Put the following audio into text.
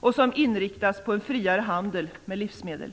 och som inriktas på en friare handel med livsmedel.